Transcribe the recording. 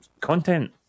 content